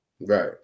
Right